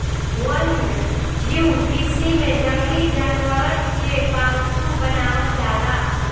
वन्यजीव कृषि में जंगली जानवरन के पालतू बनावल जाला